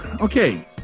okay